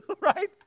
Right